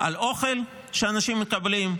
על האוכל שאנשים מקבלים,